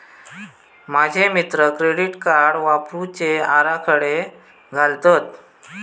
माझे मित्र credit card वापरुचे आराखडे घालतत